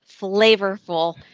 flavorful